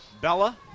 Bella